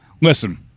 Listen